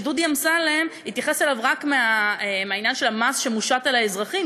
שדודי אמסלם התייחס אליו רק לעניין המס שמושת על האזרחים,